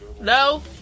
No